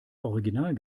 original